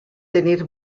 tenir